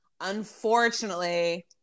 unfortunately